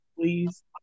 please